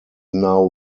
now